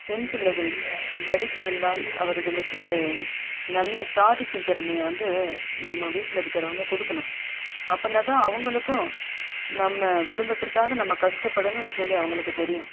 பெண் பிள்ளைகள் படித்திருந்தால் அவர்களுக்கு நல்ல சாதிக்கும் திறமையை வந்து நம்ம வீட்டில் இருக்கிறவங்க கொடுக்கணும் அப்பனா தான் அவங்களுக்கும் நம்ம குடும்பத்திற்காக நம்ம கஷ்டப்படணுன்னு சொல்லி அவங்களுக்கு தெரியும்